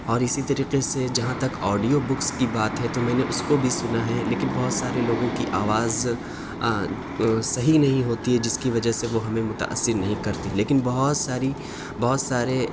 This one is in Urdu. اور اسی طریقے سے جہاں تک آڈیو بکس کی بات ہے تو میں نے اس کو بھی سنا ہے لیکن بہت سارے لوگوں کی آواز صحیح نہیں ہوتی ہے جس کی وجہ سے ہمیں وہ متأثر نہیں کرتی لیکن بہت ساری بہت سارے